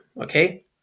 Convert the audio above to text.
okay